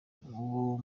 yawo